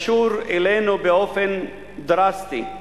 הקשור אלינו באופן דרסטי?